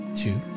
two